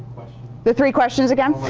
the three questions again?